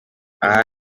aha